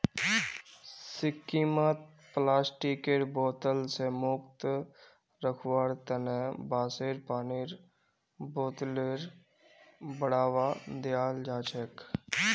सिक्किमत प्लास्टिकेर बोतल स मुक्त रखवार तना बांसेर पानीर बोतलेर बढ़ावा दियाल जाछेक